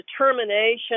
determination